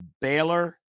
Baylor